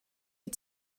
wyt